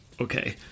okay